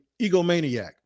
egomaniac